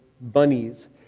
bunnies